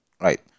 Right